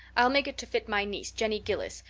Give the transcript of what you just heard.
i'll make it to fit my niece, jenny gillis,